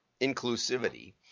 inclusivity